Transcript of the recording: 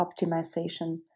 optimization